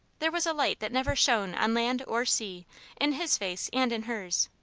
there was a light that never shone on land or sea in his face and in hers.